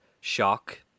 shock